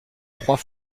trois